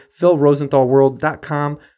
philrosenthalworld.com